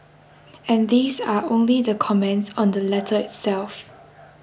and these are only the comments on the letter itself